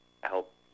help